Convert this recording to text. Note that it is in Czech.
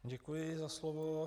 Děkuji za slovo.